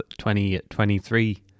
2023